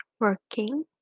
working